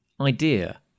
idea